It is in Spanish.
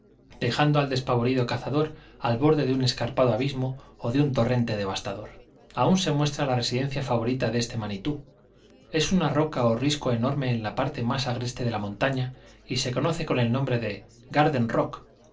dejando al despavorido cazador al borde de un escarpado abismo o de un torrente devastador aun se muestra la residencia favorita de este mánitou es una roca o risco enorme en la parte más agreste de la montaña y se conoce con el nombre de garden rock